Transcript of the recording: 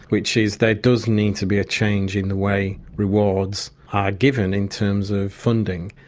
which is there does need to be a change in the way rewards are given in terms of funding,